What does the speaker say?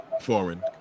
foreign